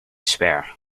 spare